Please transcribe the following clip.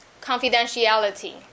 confidentiality